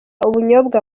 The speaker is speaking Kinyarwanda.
ubunyobwa